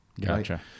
Gotcha